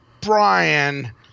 Brian